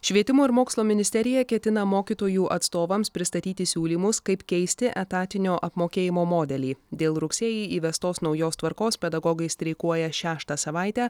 švietimo ir mokslo ministerija ketina mokytojų atstovams pristatyti siūlymus kaip keisti etatinio apmokėjimo modelį dėl rugsėjį įvestos naujos tvarkos pedagogai streikuoja šeštą savaitę